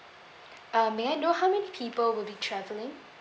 uh may I know how many people will be travelling